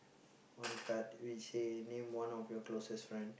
one card which say name one of your closest friend